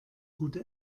gute